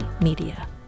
Media